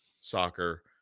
soccer